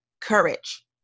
courage